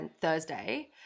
Thursday